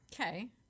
Okay